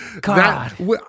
God